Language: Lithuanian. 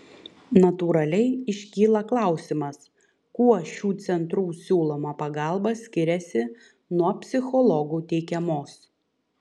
natūraliai iškyla klausimas kuo šių centrų siūloma pagalba skiriasi nuo psichologų teikiamos